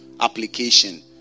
application